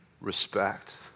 respect